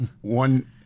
one